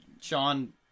Sean